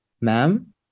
ma'am